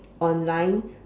online